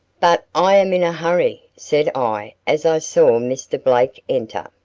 but i am in a hurry, said i as i saw mr. blake enter.